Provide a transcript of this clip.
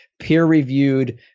peer-reviewed